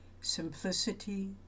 simplicity